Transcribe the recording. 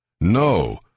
No